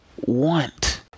want